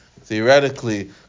theoretically